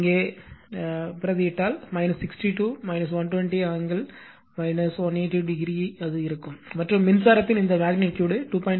இங்கே மாற்றாக இருந்தால் 62 120 ஆங்கிள் 182 o அது இருக்கும் மற்றும் மின்சாரத்தின் இந்த மெக்னிட்யூடு 2